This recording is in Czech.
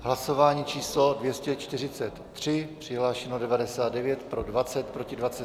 Hlasování číslo 243, přihlášeno 99, pro 20, proti 27.